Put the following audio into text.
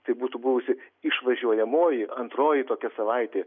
tai būtų buvusi išvažiuojamoji antroji tokia savaitė